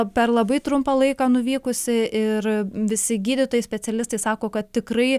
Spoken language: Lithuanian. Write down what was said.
per labai trumpą laiką nuvykusi ir visi gydytojai specialistai sako kad tikrai